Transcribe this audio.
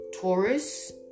Taurus